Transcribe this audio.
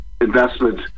investment